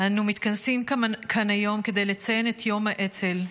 אנו מתכנסים כאן היום כדי לציין את יום האצ"ל,